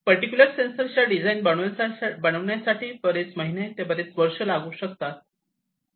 particular sensor च्या design बनविण्यासाठी बरेच महिने ते बरेच वर्ष लागू शकतात